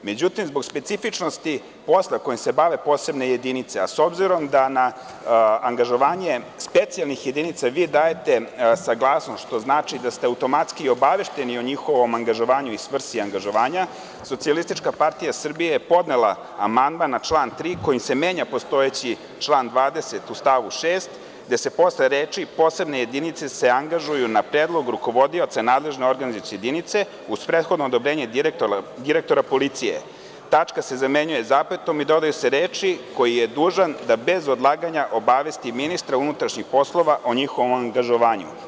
Međutim, zbog specifičnosti posla kojim se bave posebne jedinice, a s obzirom da na angažovanje specijalnih jedinica vi dajete saglasnost, što znači da ste automatski obavešteni o njihovom angažovanju i svrsi angažovanja, SPS je podnela amandman na član 3, kojim se menja postojeći član 20. u stavu 6, gde se posle reči: „Posebne jedinice se angažuju na predlog rukovodioca nadležne organizacione jedinice uz prethodno odobrenje direktora policije“ taka zamenjuje zapetom i dodaju se reči; „koji je dužan da bez odlaganja obavesti ministra unutrašnjih poslova o njihovom angažovanju“